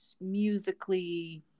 musically